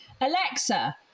Alexa